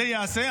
זה ייעשה?